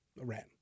Iran